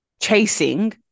chasing